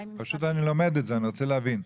אני לומד את זה ורוצה להבין.